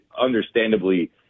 Understandably